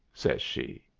says she.